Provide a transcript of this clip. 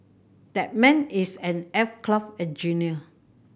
that man is an aircraft engineer